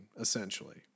essentially